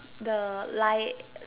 the lie